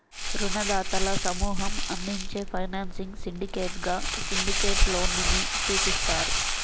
రుణదాతల సమూహం అందించే ఫైనాన్సింగ్ సిండికేట్గా సిండికేట్ లోన్ ని సూచిస్తారు